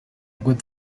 good